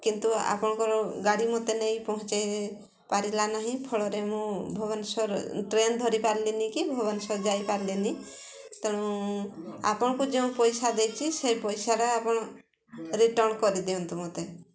କିନ୍ତୁ ଆପଣଙ୍କର ଗାଡ଼ି ମୋତେ ନେଇ ପହଞ୍ଚାଇ ପାରିଲା ନାହିଁ ଫଳରେ ମୁଁ ଭୁବେନେଶୋର ଟ୍ରେନ୍ ଧରିପାରିଲିନି କି ଭୁବେନେଶୋର ଯାଇପାରିଲିନି ତେଣୁ ଆପଣଙ୍କୁ ଯେଉଁ ପଇସା ଦେଇଛି ପଇସାଟା ଆପଣ ରିଟର୍ଣ୍ଣ୍ କରିଦିଅନ୍ତୁ ମୋତେ